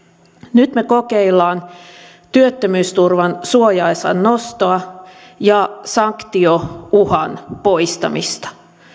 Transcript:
nyt me kokeilemme työttömyysturvan suojaosan nostoa ja sanktiouhan poistamista